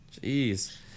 Jeez